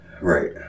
Right